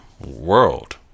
world